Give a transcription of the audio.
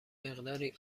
مقداری